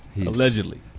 allegedly